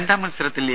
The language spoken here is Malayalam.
രണ്ടാം മത്സരത്തിൽ എ